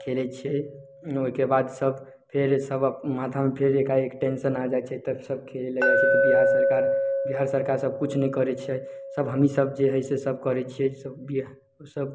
खेलै छियै ओहिमे ओहिके बाद सब फेर माथामे एकाएक टेन्शन आ जाइ छै सब खेलै लए जाइ छियै बिहार सरकार बिहार सरकार सब किछु नहि करै छै सब हमी सब जे हइ से करै छियै ओ सब